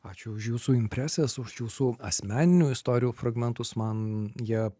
ačiū už jūsų impresijas už jūsų asmeninių istorijų fragmentus man jie